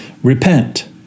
Repent